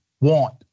want